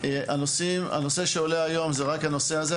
הנושא שעולה היום הוא רק הנושא הזה,